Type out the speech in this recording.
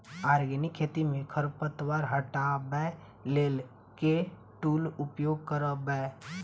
Organic खेती मे खरपतवार हटाबै लेल केँ टूल उपयोग करबै?